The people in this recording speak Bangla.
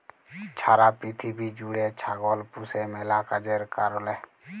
ছারা পিথিবী জ্যুইড়ে ছাগল পুষে ম্যালা কাজের কারলে